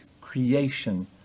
creation